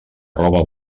roba